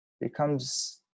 becomes